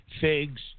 figs